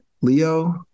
Leo